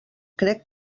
crec